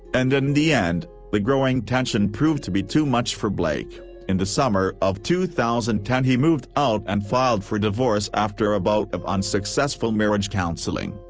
and in the end, the growing tension proved to be too much for blake in the summer of two thousand and ten he moved out and filed for divorce after a bout of unsuccessful marriage counseling.